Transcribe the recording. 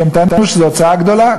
כי הם טענו שזו הוצאה גדולה,